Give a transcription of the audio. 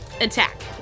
attack